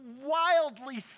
wildly